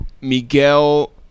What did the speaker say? Miguel